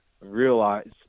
realize